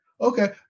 Okay